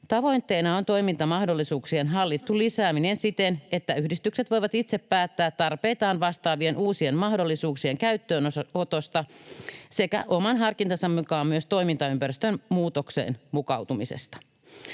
Tavoitteena on toimintamahdollisuuksien hallittu lisääminen siten, että yhdistykset voivat itse päättää tarpeitaan vastaavien uusien mahdollisuuksien käyttöönotosta sekä oman harkintansa mukaan myös toimintaympäristön muutokseen mukautumisesta.